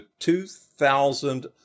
2,000